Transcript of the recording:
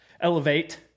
Elevate